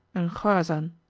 and chorazan.